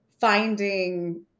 finding